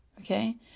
okay